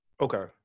Okay